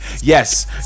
yes